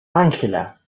angela